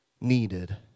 needed